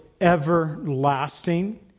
everlasting